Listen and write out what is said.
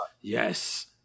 Yes